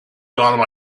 gone